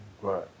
right